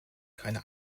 keine